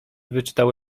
wyczytał